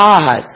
God